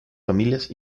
familias